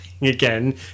again